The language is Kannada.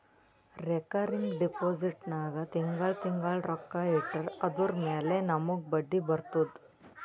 ರೇಕರಿಂಗ್ ಡೆಪೋಸಿಟ್ ನಾಗ್ ತಿಂಗಳಾ ತಿಂಗಳಾ ರೊಕ್ಕಾ ಇಟ್ಟರ್ ಅದುರ ಮ್ಯಾಲ ನಮೂಗ್ ಬಡ್ಡಿ ಬರ್ತುದ